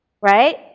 right